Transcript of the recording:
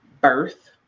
Birth